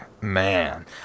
man